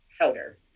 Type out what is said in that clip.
powder